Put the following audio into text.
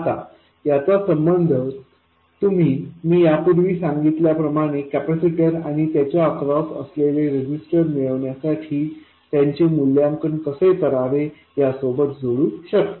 आता याचा संबंध तुम्ही मी यापूर्वी सांगितल्याप्रमाणे कॅपेसिटर आणि त्याच्या अक्रॉस असलेले रेजिस्टन्स मिळवण्यासाठी त्याचे मूल्यांकन कसे करावे यासोबत जोडू शकता